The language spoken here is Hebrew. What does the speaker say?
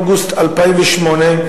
אוגוסט 2008,